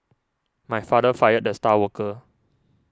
my father fired the star worker